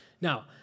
Now